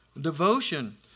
devotion